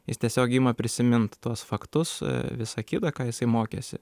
jis tiesiog ima prisimint tuos faktus visa kita ką jisai mokėsi